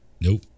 Nope